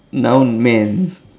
noun man